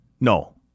No